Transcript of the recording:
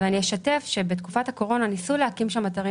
ואני אשתף שבתקופת הקורונה ניסו להקים שם אתרים